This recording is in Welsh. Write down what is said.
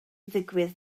ddigwydd